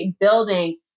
building